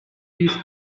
these